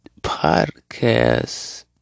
Podcast